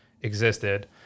existed